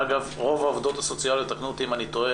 פה בזום